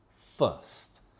first